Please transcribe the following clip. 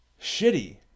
Shitty